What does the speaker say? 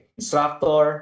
instructor